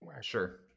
sure